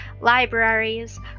libraries